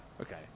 okay